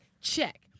check